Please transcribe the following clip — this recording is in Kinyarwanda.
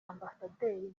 ambasaderi